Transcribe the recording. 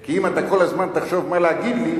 כי אם אתה כל הזמן תחשוב מה להגיד לי,